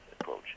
approach